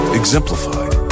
exemplified